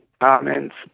comments